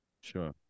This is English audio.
Sure